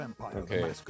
okay